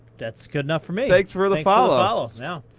that's good enough for me. thanks for the follow. yeah